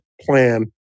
plan